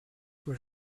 were